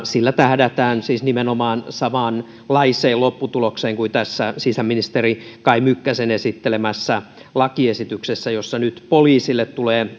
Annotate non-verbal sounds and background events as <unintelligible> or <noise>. sillä tähdätään siis nimenomaan samanlaiseen lopputulokseen kuin tässä sisäministeri kai mykkäsen esittelemässä lakiesityksessä jossa nyt poliisille tulee <unintelligible>